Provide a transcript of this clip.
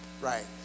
Right